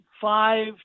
five